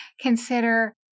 consider